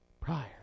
prior